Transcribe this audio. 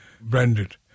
branded